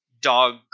dog